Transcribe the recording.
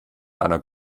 einer